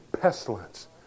pestilence